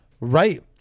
Right